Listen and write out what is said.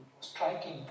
striking